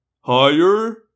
Higher